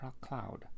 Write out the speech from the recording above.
cloud